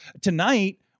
Tonight